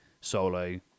solo